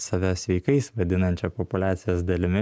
save sveikais vadinančia populiacijos dalimi